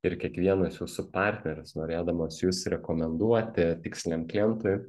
ir kiekvienas jūsų partneris norėdamas jus rekomenduoti tiksliniam klientui